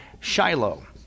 shiloh